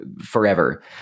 forever